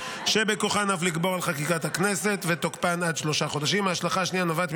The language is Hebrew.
המלצת הוועדה המשותפת של ועדת החוץ והביטחון וועדת החוקה,